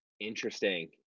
Interesting